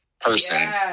person